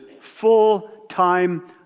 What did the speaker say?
full-time